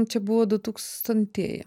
čia buvo du tūkstantieji